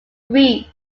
greece